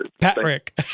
Patrick